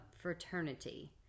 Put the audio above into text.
fraternity